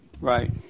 Right